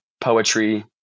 poetry